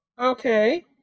Okay